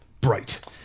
Bright